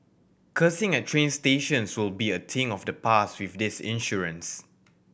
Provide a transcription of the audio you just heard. cursing at train stations will be a thing of the past with this insurance